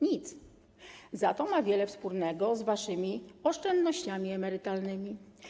Nic. Za to ma wiele wspólnego z waszymi oszczędnościami emerytalnymi.